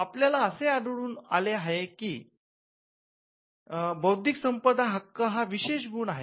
आपल्याला असे आढळून आले की बौद्धिक संपदा हक्क हा विशेष गुण आहे